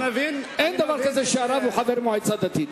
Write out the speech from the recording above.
אין דבר כזה שהרב הוא חבר מועצה דתית.